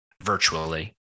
virtually